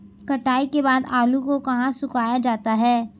कटाई के बाद आलू को कहाँ सुखाया जाता है?